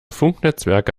funknetzwerke